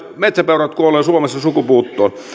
metsäpeurat kuolevat suomessa sukupuuttoon